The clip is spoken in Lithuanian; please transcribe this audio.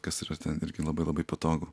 kas yra ten irgi labai labai patogu